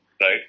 Right